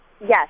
Yes